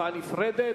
נפרדת.